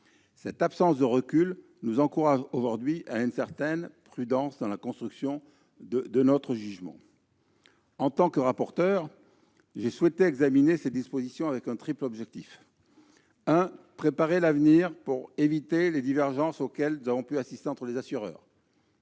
Cette absence de recul nous encourage aujourd'hui à une certaine prudence dans la construction de notre jugement. En tant que rapporteur, j'ai souhaité examiner ces dispositions avec un triple objectif : préparer l'avenir pour éviter les divergences auxquelles nous avons pu assister entre les assureurs